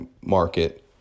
market